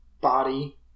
body